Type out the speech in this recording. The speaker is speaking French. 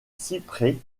cyprès